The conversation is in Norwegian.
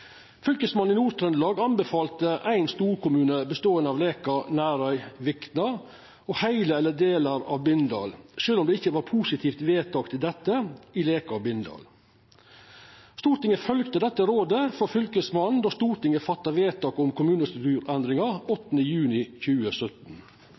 Fylkesmannen i Nord-Trøndelag anbefalte ein storkommune beståande av Leka, Nærøy og Vikna og heile eller delar av Bindal, sjølv om det ikkje var positivt vedtak til dette i Leka og Bindal. Stortinget følgde dette rådet frå Fylkesmannen då Stortinget fatta vedtak om